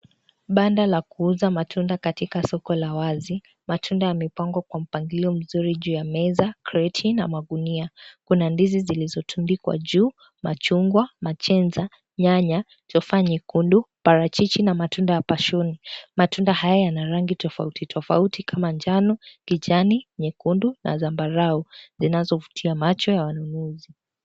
Banda la kuuza matunda katika soko la wazi, matunda yamepangwa kwa mpangilio mzuri juu ya meza, kreti na magunia. Kuna ndizi zilizotundikwa juu, machungwa, matenji, nyanya zilizofanya nyekundu, parachichi na matunda ya passion. Matunda haya yana rangi tofauti tofauti kama njano, kijani, nyekundu na zambarau, zinazovutia macho ya wanunuzi.